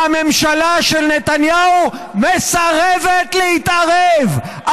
והממשלה של נתניהו מסרבת להתערב.